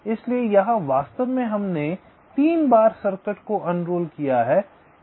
इसलिए यहां वास्तव में हमने 3 बार सर्किट को उणरोल किया है